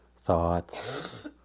thoughts